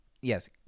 yes